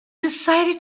decided